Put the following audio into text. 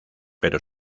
pero